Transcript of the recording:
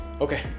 okay